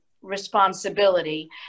responsibility